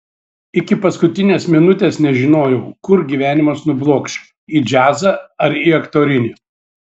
iki paskutinės minutės nežinojau kur gyvenimas nublokš į džiazą ar į aktorinį